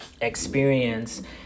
experience